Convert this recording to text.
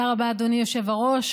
תודה רבה, אדוני היושב-ראש.